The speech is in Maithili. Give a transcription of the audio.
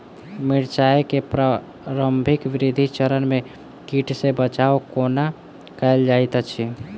मिर्चाय केँ प्रारंभिक वृद्धि चरण मे कीट सँ बचाब कोना कैल जाइत अछि?